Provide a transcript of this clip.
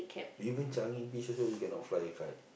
even Changi-Beach also you cannot fly a kite